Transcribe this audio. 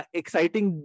exciting